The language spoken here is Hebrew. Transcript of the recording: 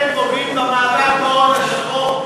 אתם פוגעים במאבק בהון השחור.